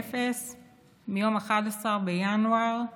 1390 מיום 11 בינואר 2021,